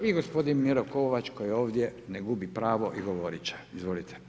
I gospodin Miro kovač koji je ovdje, ne gubi pravo i govorit će, izvolite.